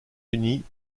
unis